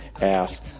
ass